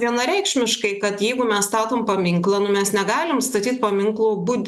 vienareikšmiškai kad jeigu mes statom paminklą nu mes negalim statyt paminklų bud